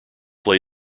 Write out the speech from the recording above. play